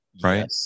right